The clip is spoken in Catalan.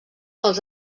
els